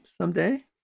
someday